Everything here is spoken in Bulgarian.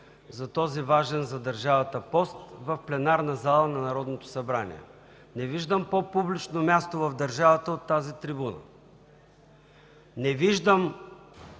за този важен за държавата пост в пленарната зала на Народното събрание. Не виждам по-публично място в държавата от тази трибуна. Не виждам